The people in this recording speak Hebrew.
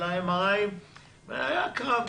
היה קרב.